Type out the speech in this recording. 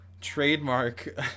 trademark